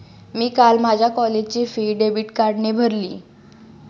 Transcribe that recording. मी काल माझ्या कॉलेजची फी डेबिट कार्डने भरली